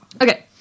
Okay